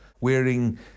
wearing